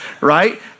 right